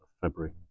February